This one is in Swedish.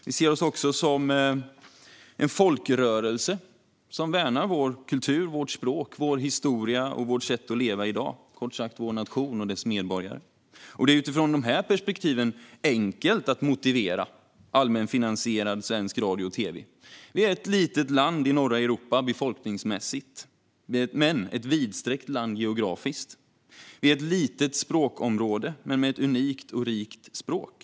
Vi ser oss också som en folkrörelse som värnar vår kultur, vårt språk, vår historia och vårt sätt att leva i dag - kort sagt vår nation och dess medborgare. Det är utifrån de perspektiven enkelt att motivera allmänfinansierad svensk radio och tv. Sverige är ett litet land i norra Europa befolkningsmässigt, men det är ett vidsträckt land geografiskt. Vi är ett litet språkområde, men med ett unikt och rikt språk.